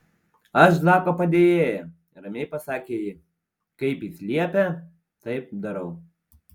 aš zako padėjėja ramiai pasakė ji kaip jis liepia taip darau